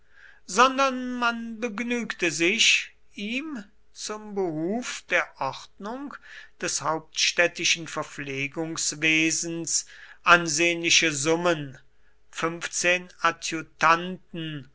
sondern man begnügte sich ihm zum behuf der ordnung des hauptstädtischen verpflegungswesens ansehnliche summen fünfzehn adjutanten